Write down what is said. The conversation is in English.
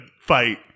fight